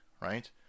Right